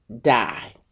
die